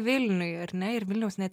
vilniuj ar ne ir vilniaus net